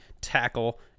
tackle